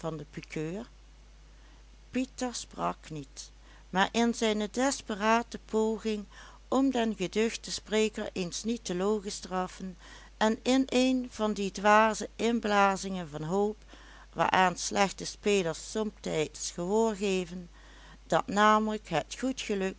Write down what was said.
pieter sprak niet maar in zijne desperate poging om den geduchten spreker eens niet te logenstraffen en in een van die dwaze inblazingen van hoop waaraan slechte spelers somtijds gehoor geven dat namelijk het goed geluk